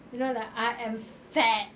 you know like I am fat